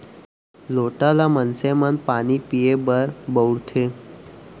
लोटा ल मनसे मन पानी पीए बर बउरथे